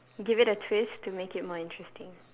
give it a twist to make it more interesting